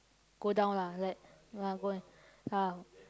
go down lah like no lah go and ah